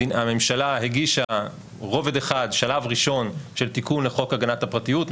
הממשלה הגישה רובד אחד שלב ראשון של תיקון לחוק הגנת הפרטיות,